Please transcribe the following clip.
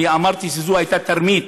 אני אמרתי שזו הייתה תרמית,